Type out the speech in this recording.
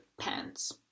pants